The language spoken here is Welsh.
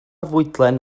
fwydlen